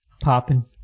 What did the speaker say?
Popping